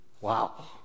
Wow